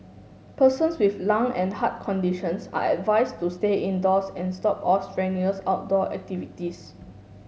persons with lung and heart conditions are advised to stay indoors and stop all strenuous outdoor activities